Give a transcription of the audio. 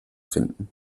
finden